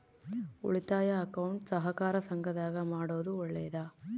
ಉಳಿತಾಯ ಅಕೌಂಟ್ ಸಹಕಾರ ಸಂಘದಾಗ ಮಾಡೋದು ಒಳ್ಳೇದಾ?